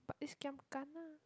but it's giam kena